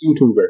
YouTuber